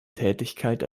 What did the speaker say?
tätigkeit